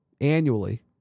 annually